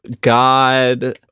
god